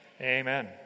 Amen